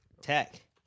Tech